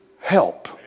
help